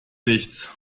nichts